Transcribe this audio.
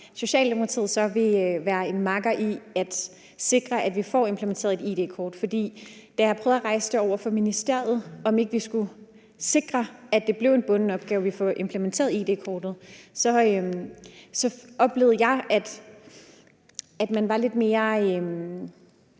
Socialdemokratiet så vil være en makker i at sikre, at vi får implementeret et id-kort. For da jeg prøvede at rejse over for ministeriet, om ikke vi skulle sikre, at det blev en bunden opgave, at vi får implementeret id-kortet, så oplevede jeg, at man var lidt mere